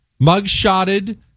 mugshotted